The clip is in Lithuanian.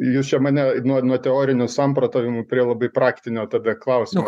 jūs čia mane nuo nuo teorinių samprotavimų prie labai praktinio tada klausimo